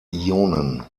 ionen